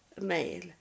mail